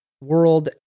World